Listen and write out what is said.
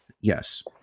Yes